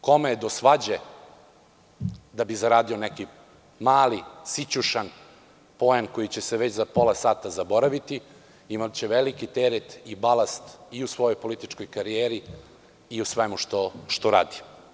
Kome je do svađe da bi zaradio neki mali, sićušan poen koji će se već za pola sata zaboraviti, imaće veliki teret i balast i u svojoj političkoj karijeri i u svemu što radi.